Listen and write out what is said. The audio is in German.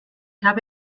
habe